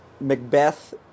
Macbeth